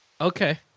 Okay